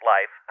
Life